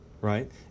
right